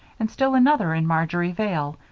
and still another in marjory vale,